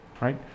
Right